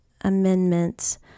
amendments